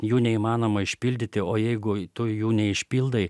jų neįmanoma išpildyti o jeigu tu jų neišpildai